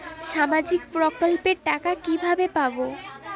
সামাজিক প্রকল্পের টাকা কিভাবে পাব?